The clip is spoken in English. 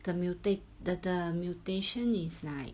the mutate the the mutation is like